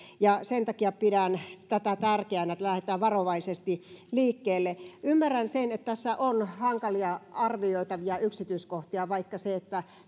sen takia pidän tärkeänä tätä että lähdetään varovaisesti liikkeelle ymmärrän sen että tässä on hankalia arvioitavia yksityiskohtia vaikka se